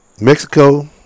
Mexico